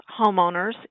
homeowners